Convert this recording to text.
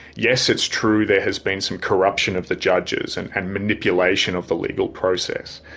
yes, it's true there has been some corruption of the judges and and manipulation of the legal process.